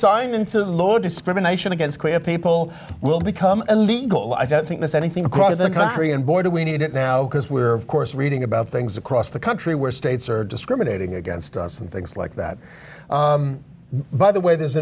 signed into law discrimination against people will become illegal i don't think there's anything across the country and boy do we need it now because we're course reading about things across the country where states are discriminating against us and things like that by the way there's